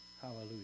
hallelujah